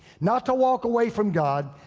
not to walk away from god.